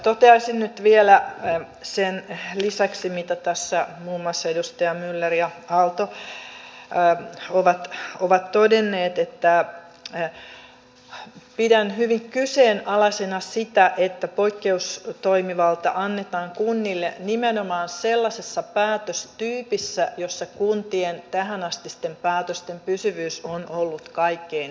toteaisin nyt vielä sen lisäksi mitä tässä muun muassa edustajat myller ja aalto ovat todenneet että pidän hyvin kyseenalaisena sitä että poikkeustoimivalta annetaan kunnille nimenomaan sellaisessa päätöstyypissä jossa kuntien tähänastisten päätösten pysyvyys on ollut kaikkein heikointa